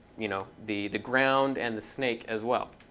you know, the the ground and the snake as well.